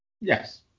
Yes